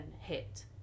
hit